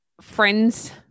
friends –